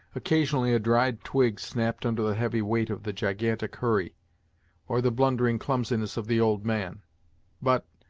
occasionally a dried twig snapped under the heavy weight of the gigantic hurry or the blundering clumsiness of the old man but,